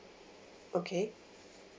okay